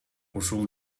ушул